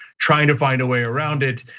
trying to find a way around it.